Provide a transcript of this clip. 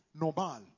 normal